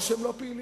או שהם לא פעילים.